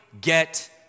get